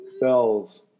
Bells